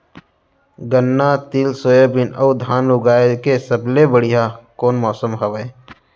गन्ना, तिल, सोयाबीन अऊ धान उगाए के सबले बढ़िया कोन मौसम हवये?